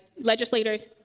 legislators